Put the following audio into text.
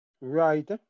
Right